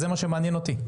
זה מה שמעניין אותי.